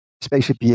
Spaceship